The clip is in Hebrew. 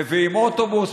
מביאים אוטובוס,